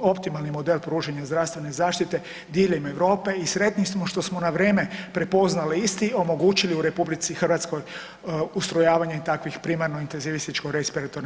optimalni model pružanja zdravstvene zaštite diljem Europe i sretni smo što smo na vrijeme prepoznali isti i omogućili u RH ustrojavanje takvih primarno intenzivističko-respiratornih